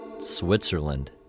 Switzerland